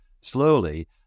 slowly